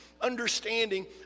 understanding